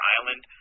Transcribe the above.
Island